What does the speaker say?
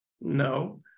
No